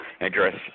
address